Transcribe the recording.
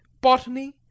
botany